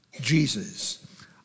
Jesus